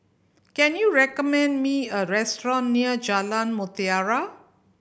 can you recommend me a restaurant near Jalan Mutiara